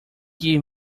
give